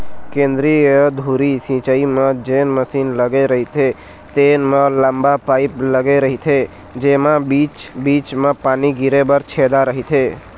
केंद्रीय धुरी सिंचई म जेन मसीन लगे रहिथे तेन म लंबा पाईप लगे रहिथे जेमा बीच बीच म पानी गिरे बर छेदा रहिथे